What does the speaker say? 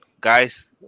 Guys